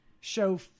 show